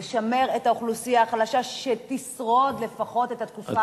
לשמר את האוכלוסייה החלשה שתשרוד לפחות את התקופה